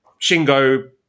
Shingo